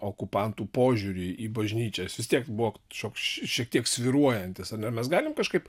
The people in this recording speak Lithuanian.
okupantų požiūrį į bažnyčias vis tiek buvo šioks šiek tiek svyruojantis ar ne mes galim kažkaip